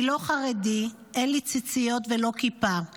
אני לא חרדי / אין לי ציציות ולא כיפה /